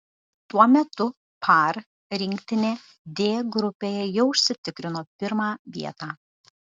tuo metu par rinktinė d grupėje jau užsitikrino pirmą vietą